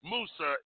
Musa